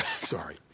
Sorry